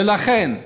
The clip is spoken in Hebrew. ולכן,